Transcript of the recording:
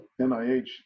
NIH